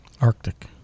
Arctic